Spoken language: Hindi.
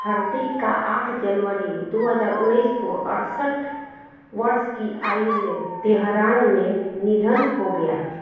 हरदी का आठ जनवरी दो हज़ार उन्नीस को अड़सठ वर्ष की आयु में तेहरान में निधन हो गया